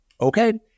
Okay